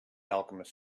alchemist